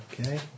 Okay